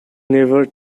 never